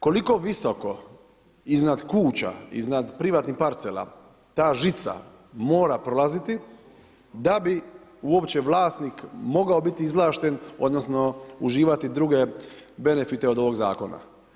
Koliko visoko iznad kuća, iznad privatnih parcela ta žica mora prolaziti da bi uopće vlasnik mogao biti izvlašten odnosno uživati druge benefite od ovog Zakona.